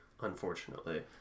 Unfortunately